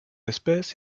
espèce